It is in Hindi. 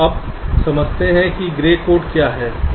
अब समझते हैं कि ग्रे कोड क्या है